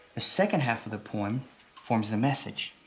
the second half of the poem forms the message.